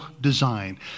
design